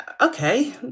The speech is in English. okay